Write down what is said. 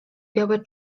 białe